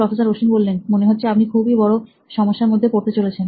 professor Ashwin মনে হচ্ছে আপনি খুবই বড় সমস্যার মধ্যে পড়তে চলেছেন